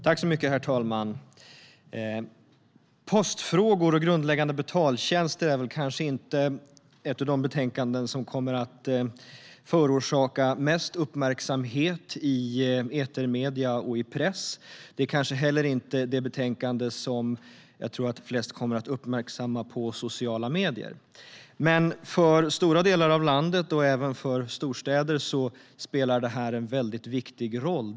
Herr talman! Betänkandet om postfrågor och grundläggande betaltjänster är kanske inte ett av de betänkanden som kommer att förorsaka mest uppmärksamhet i etermedierna och i pressen. Det är kanske inte heller det betänkande som flest kommer att uppmärksamma i sociala medier. Men för stora delar av landet och även för storstäder spelar detta en mycket viktig roll.